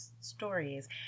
stories